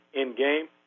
in-game